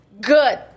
Good